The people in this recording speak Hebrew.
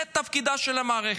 זה תפקידה של המערכת,